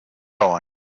going